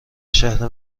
شهر